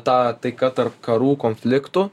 ta taika tarp karų konfliktų